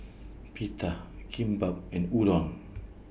Pita Kimbap and Udon